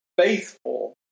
faithful